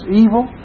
evil